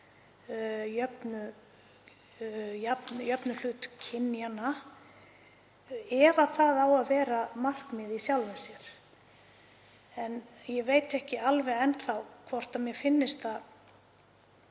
jöfnum hlut kynjanna ef það á að vera markmið í sjálfu sér. Ég veit ekki alveg enn þá hvort mér finnist það